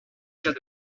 cas